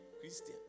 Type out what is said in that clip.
Christian